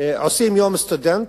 עושים יום סטודנט,